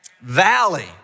Valley